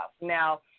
Now